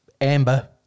amber